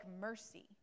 mercy